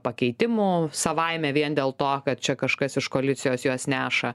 pakeitimų savaime vien dėl to kad čia kažkas iš koalicijos juos neša